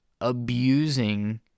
abusing